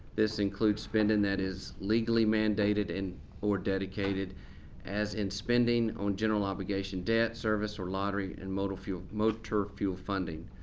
this includes spending that is legally mandated and or dedicateds as in spending on general obligation debt, service or lottery and motor fuel motor fuel funding.